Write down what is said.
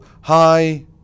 hi